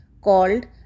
called